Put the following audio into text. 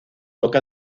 loca